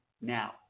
now